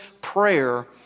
prayer